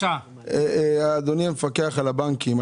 אדוני המפקח על הבנקים,